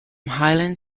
highland